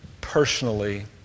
personally